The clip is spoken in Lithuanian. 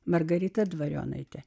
margarita dvarionaitė